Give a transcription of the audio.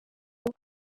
ngo